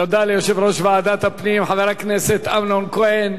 תודה ליושב-ראש ועדת הפנים חבר הכנסת אמנון כהן.